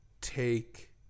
Take